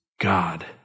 God